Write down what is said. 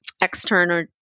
external